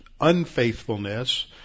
unfaithfulness